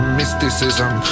mysticism